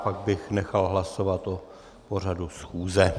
Pak bych nechal hlasovat o pořadu schůze.